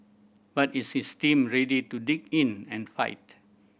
but is his team ready to dig in and fight